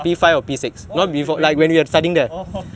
after orh when you or